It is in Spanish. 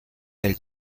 del